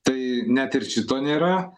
tai net ir šito nėra